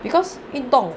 because 运动